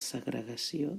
segregació